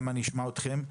גם אשמע אתכם,